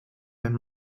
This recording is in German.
wenn